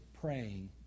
praying